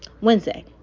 Wednesday